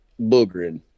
boogering